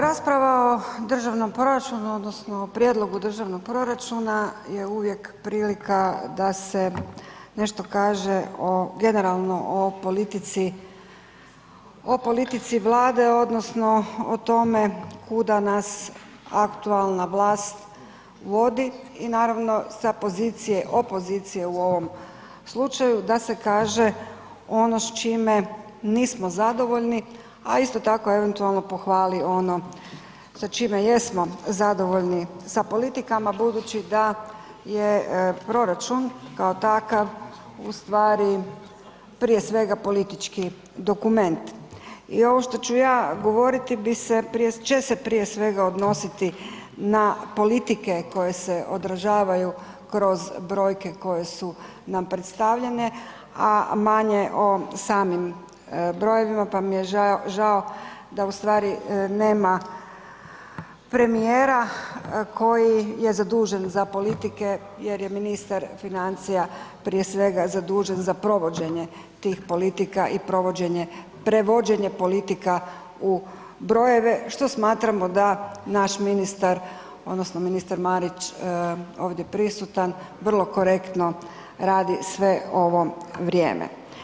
Rasprava o državnom proračunu odnosno o prijedlogu državnog proračuna je uvijek prilika da se nešto kaže o generalno, o politici Vlade odnosno o tome kuda nas aktualna vlast vodi i naravno sa opozicije u ovom slučaju, da se kaže ono s čime nismo zadovoljni a isto tako eventualno pohvali ono sa čime jesmo zadovoljni sa politikama budući da je proračun kao takav ustvari prije svega politički dokument i ovo što ću ja govorit će se prije svega odnositi na politike koje se odražavaju kroz brojke koje su nam predstavljane a manje o samim brojevima pa mi je žao da ustvari nema premijera koji je zadužen za politike jer je ministar financija prije svega zadužen za provođenje tih politika i prevođenje politika u brojeve što smatramo da naš ministar odnosno ministar Marić ovdje prisutan, vrlo korektno radi sve ovo vrijeme.